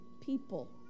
people